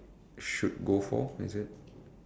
should go for is it